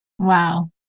Wow